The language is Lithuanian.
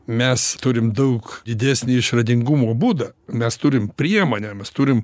mes turim daug didesnį išradingumo būdą mes turim priemonę mes turim